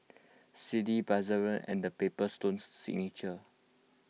Sealy Bakerzin and the Paper Stone Signature